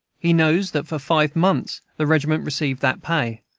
he knows that for five months the regiment received that pay,